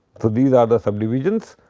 these are the subdivisions.